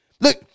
Look